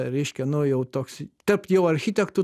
reiškia nu jau toks tarp jau architektų